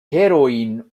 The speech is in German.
heroin